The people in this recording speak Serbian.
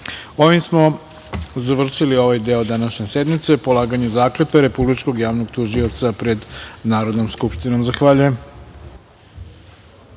radu. Ovim smo završili ovaj deo današnje sednice polaganju zakletve Republičkog javnog tužioca pred Narodnom skupštinom. Zahvaljujem.